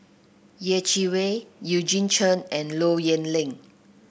Yeh Chi Wei Eugene Chen and Low Yen Ling